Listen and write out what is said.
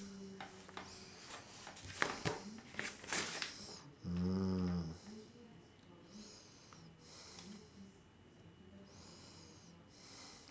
mm